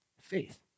faith